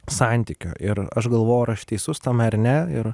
santykio ir aš galvo ar aš teisus tame ar ne ir